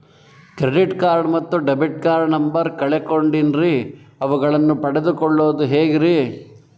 Credit card ಮತ್ತು debit card number ಕಳೆದುಕೊಂಡಿನ್ರಿ ಅವುಗಳನ್ನ ಪಡೆದು ಕೊಳ್ಳೋದು ಹೇಗ್ರಿ?